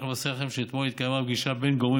אני שמח לבשר לכם שאתמול התקיימה פגישה בין גורמים